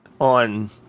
on